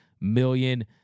million